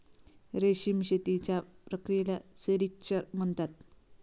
रेशीम शेतीच्या प्रक्रियेला सेरिक्चर म्हणतात